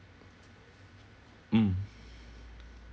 mm